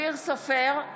אופיר סופר,